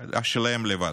שלהם לבד.